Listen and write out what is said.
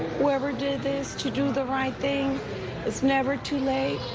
whatever did is to do the right thing it's never too late.